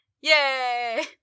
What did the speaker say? Yay